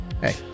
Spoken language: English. hey